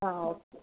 ആ ഓക്കെ